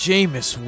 Jameis